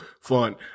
fun